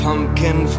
Pumpkin